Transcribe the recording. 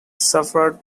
suffered